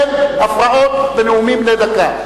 אין הפרעות בנאומים בני דקה.